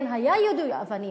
כן, היה יידוי אבנים,